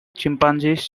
chimpanzees